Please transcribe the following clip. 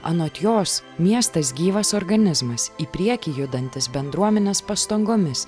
anot jos miestas gyvas organizmas į priekį judantis bendruomenės pastangomis